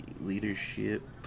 Leadership